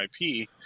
IP